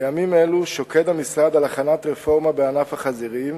בימים אלה שוקד המשרד על הכנת רפורמה בענף החזירים